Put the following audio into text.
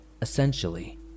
Essentially